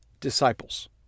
disciples